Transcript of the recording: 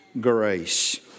grace